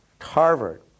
Harvard